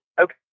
Okay